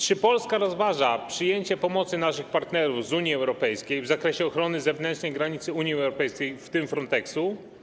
Czy Polska rozważa przyjęcie pomocy naszych partnerów z Unii Europejskiej w zakresie ochrony zewnętrznej granicy Unii Europejskiej, w tym Fronteksu?